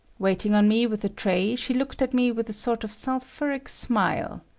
waiting on me with a tray, she looked at me with a sort of sulphuric smile.